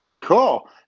Cool